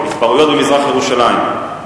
התפרעויות במזרח-ירושלים,